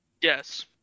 Yes